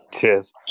Cheers